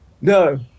No